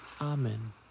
Amen